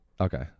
Okay